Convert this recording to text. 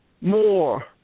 more